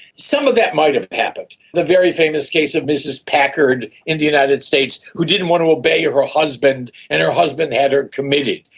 some of that might have happened. the very famous case of mrs packard in the united states who didn't want to obey her husband and her husband had her committed.